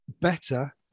better